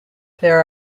there